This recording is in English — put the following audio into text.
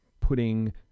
putting